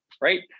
right